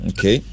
Okay